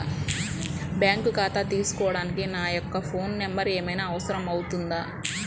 Bank ఖాతా తీసుకోవడానికి నా యొక్క ఫోన్ నెంబర్ ఏమైనా అవసరం అవుతుందా?